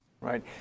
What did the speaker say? Right